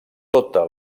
tota